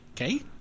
okay